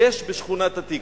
יש בשכונת-התקווה.